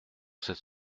cette